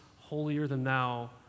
holier-than-thou